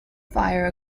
fire